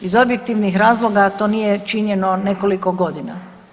Iz objektivnih razloga to nije činjeno nekoliko godina.